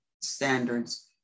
standards